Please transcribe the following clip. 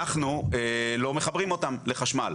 אנחנו לא מחברים אותם לחשמל,